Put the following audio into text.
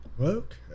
Okay